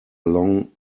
long